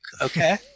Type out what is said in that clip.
okay